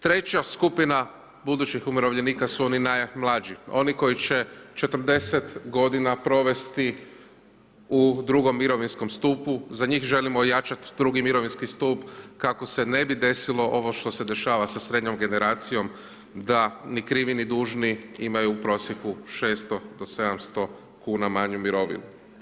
Treća skupina budućih umirovljenika su oni najmlađi, oni koji će 40 godina provesti u drugom mirovinskom stupu, za njih želimo ojačat drugi mirovinski stup kako se ne bi desilo ovo što se dešava sa srednjom generacijom da ni krivi, ni dužni imaju u prosjeku 600 do 700 kuna manju mirovinu.